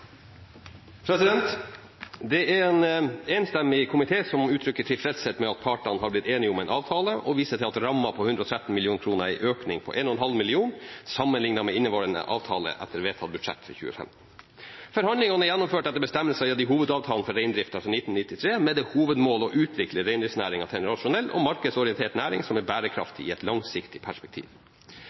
en enstemmig komité som utrykker tilfredshet med at partene har blitt enige om en avtale, og viser til at rammen på 113 mill. kr er en økning på 1,5 mill. kr sammenliknet med inneværende avtale etter vedtatt budsjett for 2015. Forhandlingene er gjennomført etter bestemmelser gitt i hovedavtalen for reindriften fra 1993, med det hovedmål å utvikle reindriftsnæringen til en rasjonell og markedsorientert næring som er bærekraftig i et langsiktig perspektiv.